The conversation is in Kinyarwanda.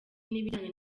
n’ibijyanye